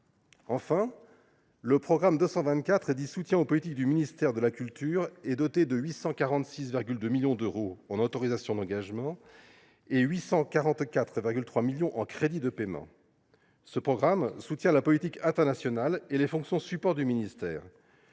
Enfin, le programme 224 « Soutien aux politiques du ministère de la culture » est doté de 846,2 millions d’euros en autorisations d’engagement et de 844,3 millions en crédits de paiement. Ce programme soutient la politique internationale et contribue aux fonctions supports du ministère.